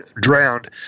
Drowned